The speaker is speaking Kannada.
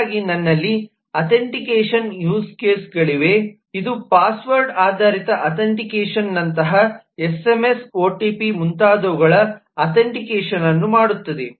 ಹಾಗಾಗಿ ನನ್ನಲ್ಲಿ ಅಥೆಂಟಿಕೇಷನ್ಗೆ ಯೂಸ್ ಕೇಸ್ ಗಳಿವೆ ಇದು ಪಾಸ್ವರ್ಡ್ ಆಧಾರಿತ ಅಥೆಂಟಿಕೇಷನ್ ನಂತಹ ಎಸ್ಎಮ್ಎಸ್ ಓಟಿಪಿ ಮುಂತಾದವುಗಳ ಅಥೆಂಟಿಕೇಷನನ್ನು ಮಾಡುತ್ತದೆ